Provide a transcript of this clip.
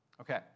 Okay